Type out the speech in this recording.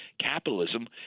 capitalism